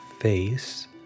face